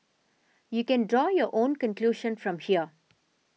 you can draw your own conclusion from here